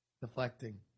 Deflecting